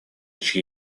чьи